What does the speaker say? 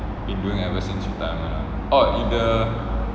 been doing ever since retirement ah of if the